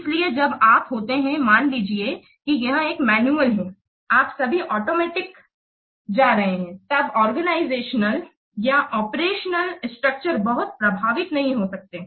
इसलिए जब आप होते हैं मान लीजिए कि यह एक मैनुअल है आप अभी ऑटोमेटिक जा रहे हैं तब ऑर्गेनाइजेशनल या ऑपरेशनल स्ट्रक्चर बहुत प्रभावित नहीं हो सकती है